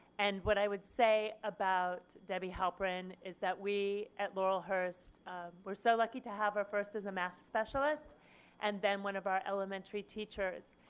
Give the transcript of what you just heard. and what i would say about debby halperin is that we at laurelhurst we're so lucky to have her first as a math specialist and then one of our elementary teachers,